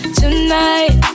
tonight